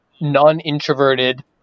non-introverted